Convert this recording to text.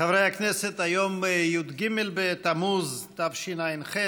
חברי הכנסת, היום י"ג בתמוז התשע"ח,